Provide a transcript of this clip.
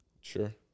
Sure